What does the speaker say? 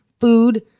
Food